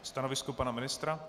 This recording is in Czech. Stanovisko pana ministra?